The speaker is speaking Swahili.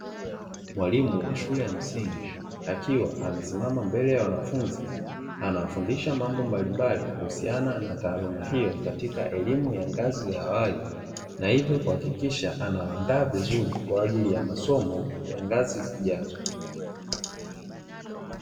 Mwalimu wa shule ya msingi akiwa amesimama mbele ya wanafunzi akiwafundisha mambo mbalimbali kuhusiana na taaluma hiyo katika elimu ya ngazi za awali, na hivyo kuhakikisha anawaandaa vizuri kwa ajili ya masomo ya ngazi zijazo.